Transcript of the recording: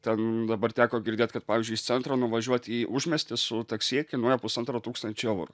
ten dabar teko girdėt kad pavyzdžiui iš centro nuvažiuoti į užmiestį su taksi kainuoja pusantro tūkstančio eurų